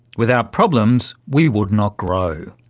without problems we would not grow.